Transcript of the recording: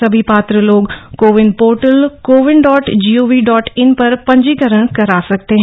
सभी पात्र लोग CoWIN portal CoWIN dot gov dot in पर पंजीकरण करा सकते हैं